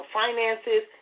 finances